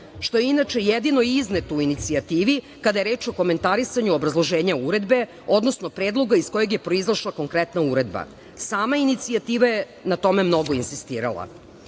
što je inače jedino izneto u inicijativi, kada je reč o komentarisanju obrazloženja uredbe, odnosno predloga iz kog je proizašla konkretna uredba. Sama inicijativa je na tome mnogo insistirala. Značajno